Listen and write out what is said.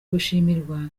gushimirwa